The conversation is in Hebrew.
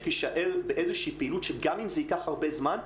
יישאר באיזושהי פעילות שגם אם זה ייקח הרבה זמן,